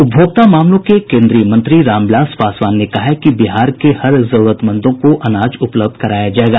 उपभोक्ता मामलों के केन्द्रीय मंत्री रामविलास पासवान ने कहा है कि बिहार के हर जरूरतमंदों को अनाज उपलब्ध कराया जायेगा